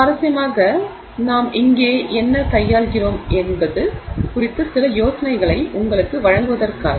சுவாரஸ்யமாக நாங்கள் இங்கே என்ன கையாள்கிறோம் என்பது குறித்த சில யோசனைகளை உங்களுக்கு வழங்குவதற்காக